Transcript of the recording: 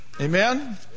amen